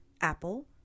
Apple